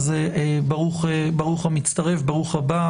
אז ברוך הבא,